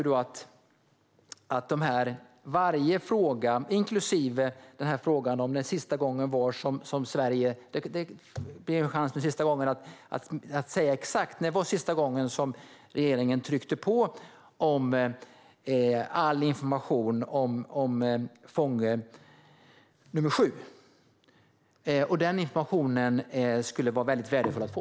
Det här är en chans att säga exakt när den senaste gången var som regeringen tryckte på om all information om fånge nr 7. Den informationen skulle vara väldigt värdefull att få.